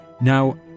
Now